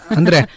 Andre